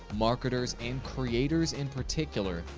marketers and creators, in particular,